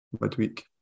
midweek